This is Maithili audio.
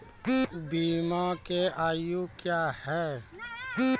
बीमा के आयु क्या हैं?